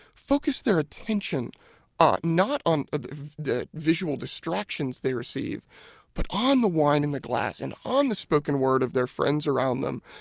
focus their attention ah not on ah the the visual distractions they receive but on the wine in the glass and on the spoken word of their friends around them,